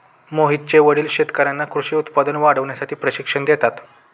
मोहितचे वडील शेतकर्यांना कृषी उत्पादन वाढवण्यासाठी प्रशिक्षण देतात